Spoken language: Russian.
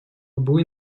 лбу